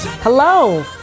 Hello